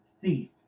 thief